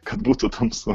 kad būtų tamsu